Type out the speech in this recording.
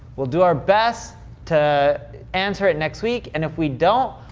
we'll do our best to answer it next week, and if we don't,